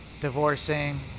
divorcing